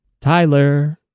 Tyler